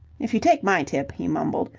if you take my tip, he mumbled,